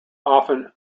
often